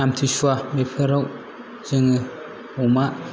आमथि सुआ बेफोराव जोङो अमा